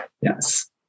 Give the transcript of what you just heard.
Yes